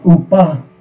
Upa